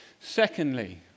Secondly